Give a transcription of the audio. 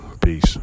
Peace